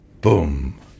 boom